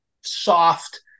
soft